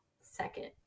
second